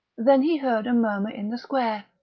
then he heard a murmur in the square,